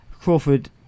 Crawford